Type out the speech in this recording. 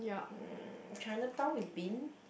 mm Chinatown we've been